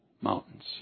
mountains